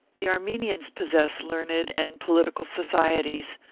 the armenians possess learned and political societies,